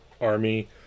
army